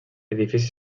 edifici